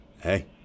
hey